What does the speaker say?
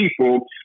people